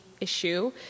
issue